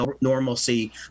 normalcy